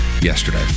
yesterday